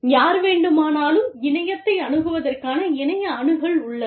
யார் வேண்டுமானாலும் இணையத்தை அணுகுவதற்கான இணைய அணுகல் உள்ளது